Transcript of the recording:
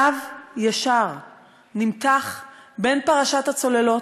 קו ישר נמתח בין פרשת הצוללות,